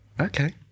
Okay